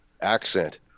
accent